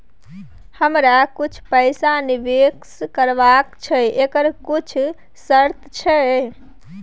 हमरा कुछ पैसा निवेश करबा छै एकर किछ शर्त छै?